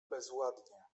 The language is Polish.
bezładnie